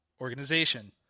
organization